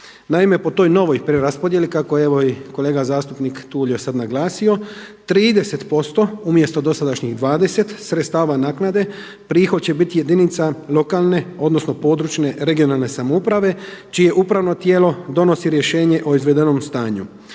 Naime, po toj novoj preraspodjeli kako je evo i kolega zastupnik Tulio sada naglasio, 30% umjesto dosadašnjih 20 sredstava naknade prihod će biti jedinica lokalne odnosno područne regionalne samouprave čije upravno tijelo donosi rješenje o izvedenom stanju.